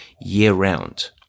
year-round